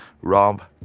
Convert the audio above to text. Rob